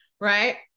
right